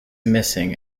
missing